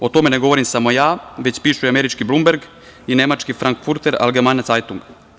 O tome ne govorim samo ja, već pišu američki „Blumberg“ i nemački „Frankfurter algemane cajtung“